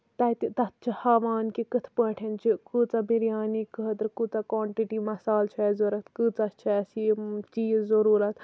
تَتہِ تَتھ چھِ ہاوان کہِ کِتھ پٲٹھۍ چھِ کہِ کۭژاہ بِریانی خٲطرٕ کوٗتاہ کونٹِٹی مِسالہٕ چھُ اَسہِ ضوٚرتھ کۭژاہ چھےٚ اَسہِ یِم چیٖز ضروٗرت